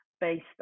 based